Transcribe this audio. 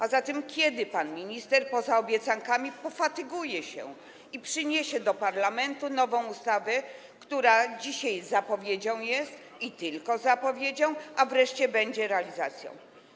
A zatem kiedy pan minister - poza obiecankami - pofatyguje się i przyniesie do parlamentu nową ustawę, która dzisiaj jest zapowiedzią, tylko zapowiedzią, a wreszcie będzie realizacją?